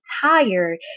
tired